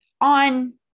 on